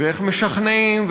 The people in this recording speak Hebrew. ואיך משכנעים,